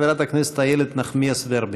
חברת הכנסת איילת נחמיאס ורבין.